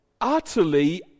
utterly